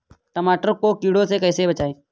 टमाटर को कीड़ों से कैसे बचाएँ?